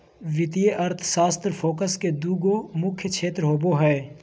वित्तीय अर्थशास्त्र फोकस के दू गो मुख्य क्षेत्र होबो हइ